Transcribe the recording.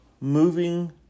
moving